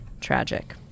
tragic